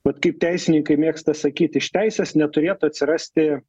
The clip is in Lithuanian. vat kaip teisininkai mėgsta sakyt iš teisės neturėtų atsirasti